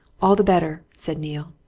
all the better, said neale.